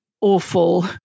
awful